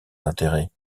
d’intérêt